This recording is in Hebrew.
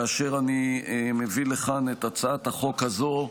כאשר אני מביא לכאן את הצעת החוק הזו,